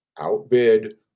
outbid